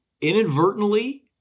inadvertently